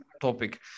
topic